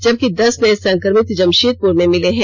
जबकि दस नये संक्रमित जमषेदपुर में मिले हैं